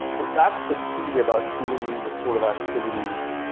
that's the key about doing the sort of activities